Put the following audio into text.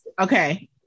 okay